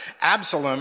Absalom